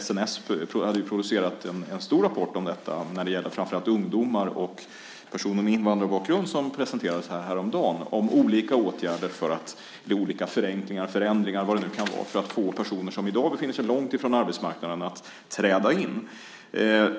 SNS har producerat en stor rapport om detta, när det gäller framför allt ungdomar och personer med invandrarbakgrund, som presenterades häromdagen om olika åtgärder för att med olika förenklingar och förändringar få personer som i dag befinner sig långt ifrån arbetsmarknaden att träda in.